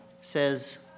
Says